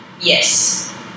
Yes